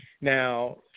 Now